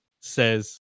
says